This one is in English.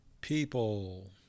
People